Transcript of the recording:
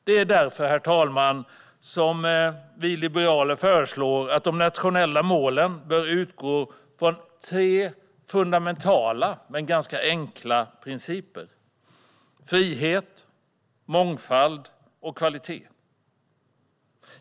Det är därför, herr talman, som vi liberaler föreslår att de nationella målen ska utgå från tre fundamentala men ganska enkla principer: frihet, mångfald och kvalitet.